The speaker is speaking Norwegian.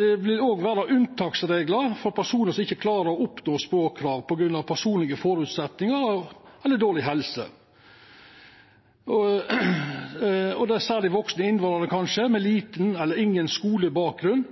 vil vera unntaksreglar for personar som ikkje klarar å oppnå språkkrava på grunn av personlege føresetnader eller dårleg helse. Det er kanskje særleg vaksne innvandrarar med liten eller ingen